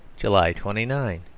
july twenty nine.